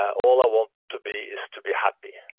all i want to be is to be happy.